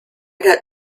got